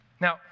Now